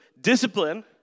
discipline